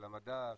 של המדע,